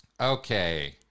Okay